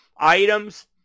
items